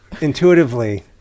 intuitively